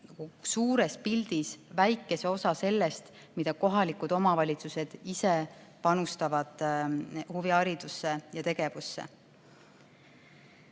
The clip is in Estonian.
suures pildis väikese osa sellest, mida kohalikud omavalitsused ise panustavad huviharidusse ja -tegevusse.